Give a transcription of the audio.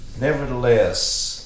nevertheless